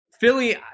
Philly—